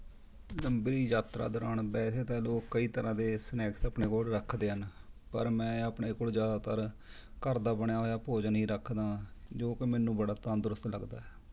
ਲੰਬੀ ਯਾਤਰਾ ਦੌਰਾਨ ਵੈਸੇ ਤਾਂ ਲੋਕ ਕਈ ਤਰ੍ਹਾਂ ਦੇ ਸਨੈਕਸ ਆਪਣੇ ਕੋਲ ਰੱਖਦੇ ਹਨ ਪਰ ਮੈਂ ਆਪਣੇ ਕੋਲ ਜ਼ਿਆਦਾਤਰ ਘਰ ਦਾ ਬਣਿਆ ਹੋਇਆ ਭੋਜਨ ਹੀ ਰੱਖਦਾ ਹਾਂ ਜੋ ਕਿ ਮੈਨੂੰ ਬੜਾ ਤੰਦਰੁਸਤ ਲੱਗਦਾ ਹੈ